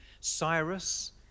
Cyrus